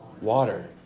water